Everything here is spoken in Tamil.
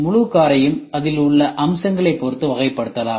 முழு காரையும் அதில் உள்ள அம்சங்களைப் பொருத்து வகைப்படுத்தலாம்